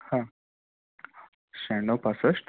हां शहाण्णव पासष्ट